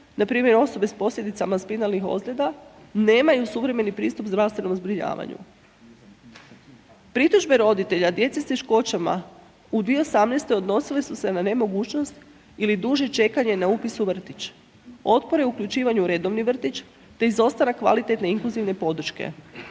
npr. osobe s posljedicama spinalnih ozljeda nemaju suvremeni pristup zdravstvenom zbrinjavanju. Pritužbe roditelja djece s teškoćama u 2018. odnosile su se na nemogućnost ili duže čekanje na upis u vrtić, otpore u uključivanju u redovni vrtić te izostanak kvalitetne inkluzivne podrške.